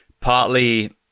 partly